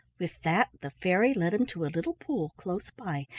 with that the fairy led him to a little pool close by,